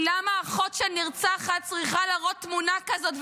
למה אחות של נרצחת צריכה להראות תמונה כזאת,